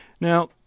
now